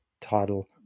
title